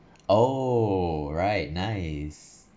oh right nice